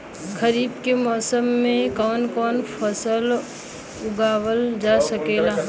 खरीफ के मौसम मे कवन कवन फसल उगावल जा सकेला?